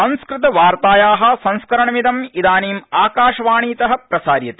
संस्कृतवार्ताया संस्करणमिदं इदानीम् आकाशवाणीत प्रसार्यते